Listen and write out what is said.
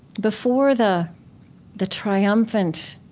before the the triumphant